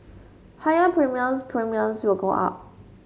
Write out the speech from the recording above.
higher premiums Premiums will go up